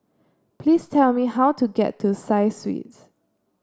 please tell me how to get to Side Suites